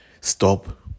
stop